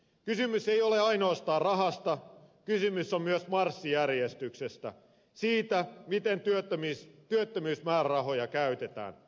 kysymys ei ole ainoastaan rahasta kysymys on myös marssijärjestyksestä siitä miten työttömyysmäärärahoja käytetään